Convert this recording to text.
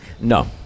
No